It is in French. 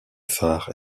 phare